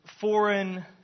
foreign